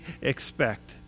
expect